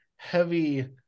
heavy